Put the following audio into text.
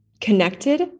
connected